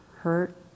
hurt